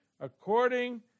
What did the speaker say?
according